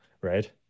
right